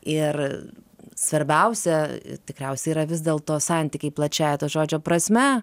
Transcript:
ir svarbiausia tikriausiai yra vis dėlto santykiai plačiąja to žodžio prasme